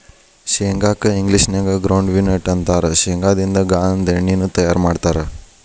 ಶೇಂಗಾ ಕ್ಕ ಇಂಗ್ಲೇಷನ್ಯಾಗ ಗ್ರೌಂಡ್ವಿ ನ್ಯೂಟ್ಟ ಅಂತಾರ, ಶೇಂಗಾದಿಂದ ಗಾಂದೇಣ್ಣಿನು ತಯಾರ್ ಮಾಡ್ತಾರ